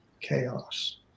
chaos